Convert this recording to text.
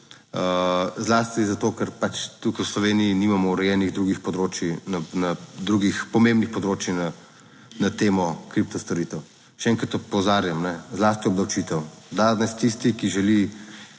zlasti zato, ker pač tukaj v Sloveniji nimamo urejenih drugih področij na drugih pomembnih področjih na temo kripto storitev še enkrat opozarjam, zlasti obdavčitev. Danes tisti, ki želi